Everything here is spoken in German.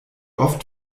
oft